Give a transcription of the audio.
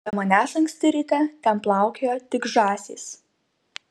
be manęs anksti ryte ten plaukiojo tik žąsys